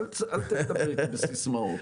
אל תדבר איתי בסיסמאות.